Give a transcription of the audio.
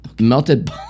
melted